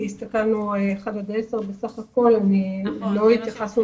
הסיבה השנייה לשונות היא שאנחנו מקבלים